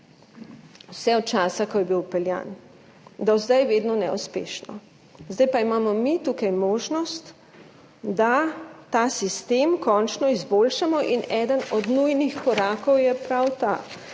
vse od časa, ko je bilo vpeljano, do zdaj vedno neuspešno. Zdaj pa imamo mi tu možnost, da ta sistem končno izboljšamo. In eden od nujnih korakov je prav ta